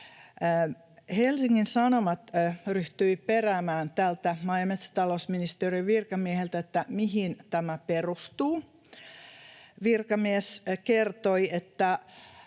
Helsingin Sanomat ryhtyi peräämään tältä maa- ja metsätalousministeriön virkamieheltä, mihin tämä perustuu. Virkamies kertoi, että